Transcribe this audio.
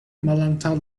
malantaŭ